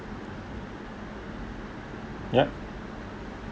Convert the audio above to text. yup